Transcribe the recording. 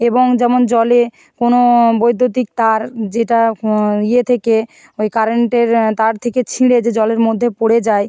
এবং যেমন জলে কোনো বৈদ্যুতিক তার যেটা ইয়ে থেকে ওই কারেন্টের তার থেকে ছিঁড়ে যে জলের মধ্যে পড়ে যায়